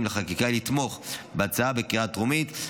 לחקיקה היא לתמוך בהצעה בקריאה הטרומית,